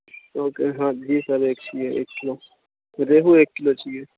okay ہاں بیس والے ایک چاہیے ایک کیلو ریہو ایک کیلو چاہیے